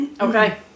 Okay